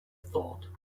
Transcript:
thought